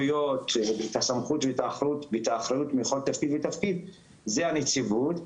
הסמכות ואת האחריות בכל תפקיד ותפקיד זאת הנציבות,